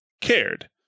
cared